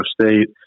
State